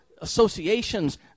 Associations